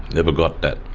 never got that.